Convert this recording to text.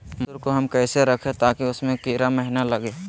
मसूर को हम कैसे रखे ताकि उसमे कीड़ा महिना लगे?